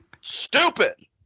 Stupid